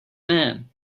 man